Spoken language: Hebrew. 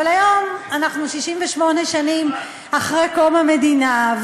אבל היום אנחנו 68 שנים אחרי קום המדינה,